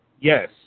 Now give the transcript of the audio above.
Yes